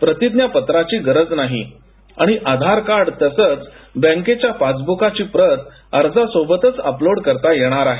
प्रतिज्ञापत्राची गरज नाही आणि आधारकार्ड तसंच बँकेच्या पासबुकाची प्रत अर्जा सोबतच अपलोड करता येणार आहे